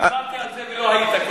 דיברתי על זה ולא היית כאן.